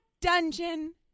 dungeon